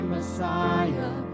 Messiah